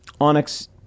Onyx